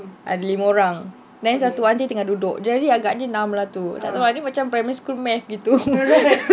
ada lima orang then satu aunty tengah duduk jadi agaknya enam lah tu tak tahu I ni macam primary school maths gitu